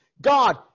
God